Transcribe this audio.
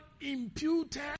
imputed